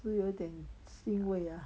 是有一点腥味